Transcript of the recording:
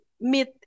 meet